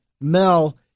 Mel